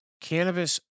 cannabis